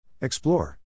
Explore